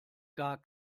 gar